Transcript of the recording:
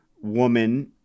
woman